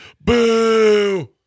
Boo